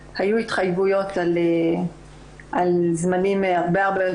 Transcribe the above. שידברו על ממשק בין מרכזי ההגנה למרכזים האקוטיים.